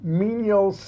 menial